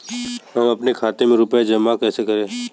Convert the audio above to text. हम अपने खाते में रुपए जमा कैसे करें?